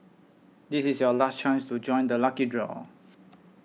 this is your last chance to join the lucky draw